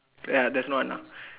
ya that's no Anna